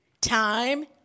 time